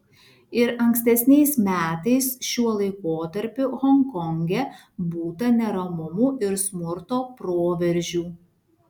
ir ankstesniais metais šiuo laikotarpiu honkonge būta neramumų ir smurto proveržių